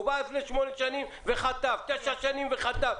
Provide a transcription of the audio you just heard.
הוא בא לפני שמונה שנים וחטף, תשע שנים וחטף.